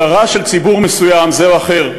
הדרה של ציבור מסוים זה או אחר,